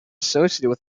associated